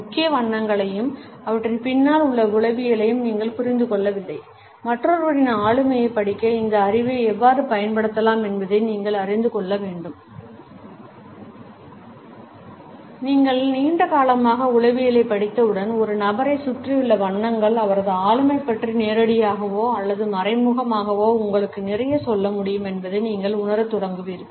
முக்கிய வண்ணங்களையும் அவற்றின் பின்னால் உள்ள உளவியலையும் நீங்கள் புரிந்து கொள்ளவில்லை மற்றொருவரின் ஆளுமையைப் படிக்க இந்த அறிவை எவ்வாறு பயன்படுத்தலாம் என்பதை நீங்கள் அறிந்து கொள்ள வேண்டும் நீங்கள் நீண்ட காலமாக உளவியலைப் படித்தவுடன் ஒரு நபரைச் சுற்றியுள்ள வண்ணங்கள் அவரது ஆளுமை பற்றி நேரடியாகவோ அல்லது மறைமுகமாகவோ உங்களுக்கு நிறைய சொல்ல முடியும் என்பதை நீங்கள் உணரத் தொடங்குவீர்கள்